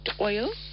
oil